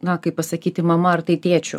na kaip pasakyti mama ar tai tėčiu